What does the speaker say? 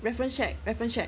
reference check reference check